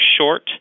short